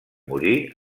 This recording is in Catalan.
morir